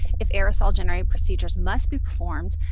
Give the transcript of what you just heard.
if aerosol-generating procedures must be performed,